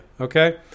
okay